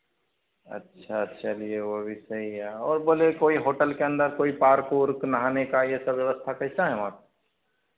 अच्छा चलिए वो भी सही है और बोले कोई होटल के अंदर कोई पार्क ओर्क नहाने का ये सब व्यवस्था कैसा है वहाँ